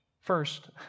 First